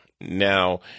Now